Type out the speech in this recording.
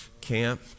camp